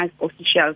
officials